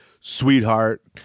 sweetheart